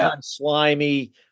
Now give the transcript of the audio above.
slimy